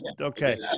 okay